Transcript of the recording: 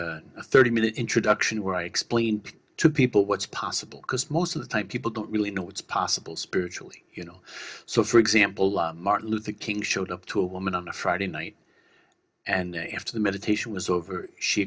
a thirty minute introduction where i explain to people what's possible because most of the time people don't really know what's possible spiritually you know so for example martin luther king showed up to a woman on a friday night and after the meditation was over she